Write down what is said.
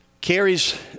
Carrie's